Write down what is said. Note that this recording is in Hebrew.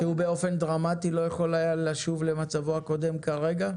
באופן דרמטי לא יכול היה לשוב למצבו הקודם כרגע?